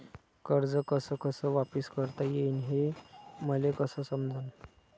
कर्ज कस कस वापिस करता येईन, हे मले कस समजनं?